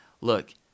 Look